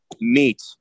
Meat